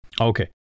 Okay